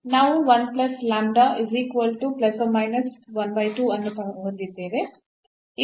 ನಾವು ಅನ್ನು ಹೊಂದಿದ್ದೇವೆ